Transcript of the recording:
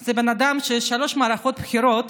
זה בן אדם ששלוש מערכות בחירות